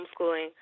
homeschooling